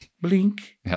blink